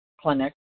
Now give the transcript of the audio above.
clinic